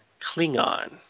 Klingon